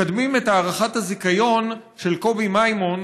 מקדמים את הארכת הזיכיון של קובי מימון